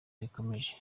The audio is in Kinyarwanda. rigikomeje